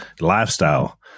lifestyle